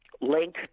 link